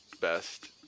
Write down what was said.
best